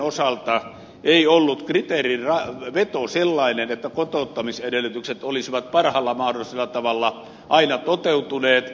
osalta ei ollut kriteerinveto sellainen että kotouttamisedellytykset olisivat parhaalla mahdollisella tavalla aina toteutuneet